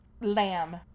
Lamb